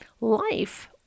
life